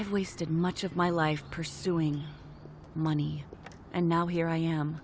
i've wasted much of my life pursuing money and now here i am